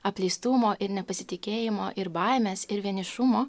apleistumo ir nepasitikėjimo ir baimės ir vienišumo